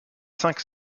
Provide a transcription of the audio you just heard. cinq